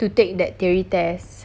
to take that theory test